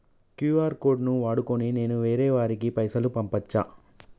QR code ను వాడుకొని నేను వేరే వారికి పైసలు పంపచ్చా?